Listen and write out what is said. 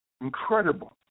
incredible